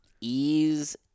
ease